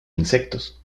insectos